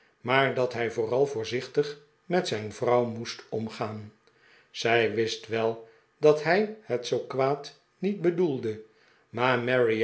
maar dat hij vooral voorzichtig met zijn vrouw moest omgaan zij wist wel dat hij het zoo kwaad niet bedoeldc maar mary